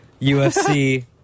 UFC